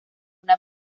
una